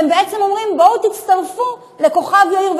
אתם בעצם אומרים: בואו תצטרפו לכוכב יאיר,